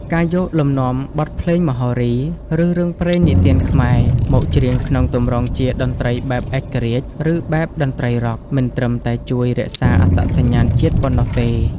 ការយកលំនាំបទភ្លេងមហោរី ឬរឿងព្រេងនិទានខ្មែរ មកច្រៀងក្នុងទម្រង់ជា តន្ត្រីបែបឯករាជ្យ ឬ បែបតន្ត្រីរ៉ក់ មិនត្រឹមតែជួយរក្សាអត្តសញ្ញាណជាតិប៉ុណ្ណោះទេ។